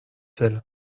sel